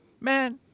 man